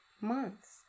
months